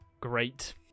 great